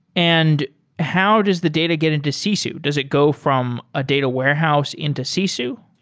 and how does the data get into sisu? does it go from a data warehouse into sisu?